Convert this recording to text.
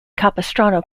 capistrano